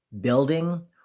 building